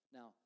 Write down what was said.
Now